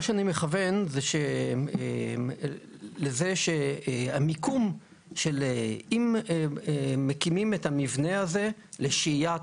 אני מכוון לזה שאם מקימים את המבנה הזה לשהיית